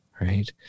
right